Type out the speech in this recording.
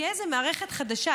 תהיה איזו מערכת חדשה.